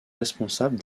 responsable